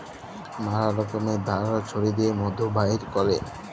ম্যালা রকমের ধারাল ছুরি দিঁয়ে মধু বাইর ক্যরে